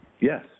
Yes